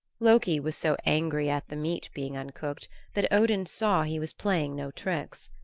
loki was so angry at the meat being uncooked that odin saw he was playing no tricks.